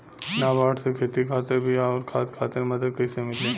नाबार्ड से खेती खातिर बीया आउर खाद खातिर मदद कइसे मिली?